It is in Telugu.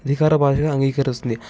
అధికార భాష అంగీకరిస్తుంది